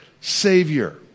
Savior